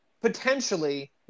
potentially